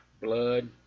Blood